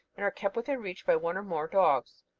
and are kept within reach by one or more dogs,